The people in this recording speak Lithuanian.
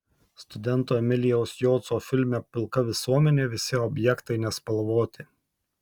studento emilijaus joco filme pilka visuomenė visi objektai nespalvoti